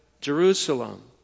Jerusalem